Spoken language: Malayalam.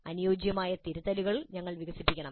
അനുയോജ്യമായ തിരുത്തലുകൾ ഞങ്ങൾ വികസിപ്പിക്കണം